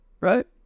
right